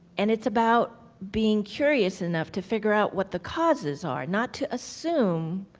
and it's about being curious enough to figure out what the causes are. not to assume